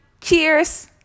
cheers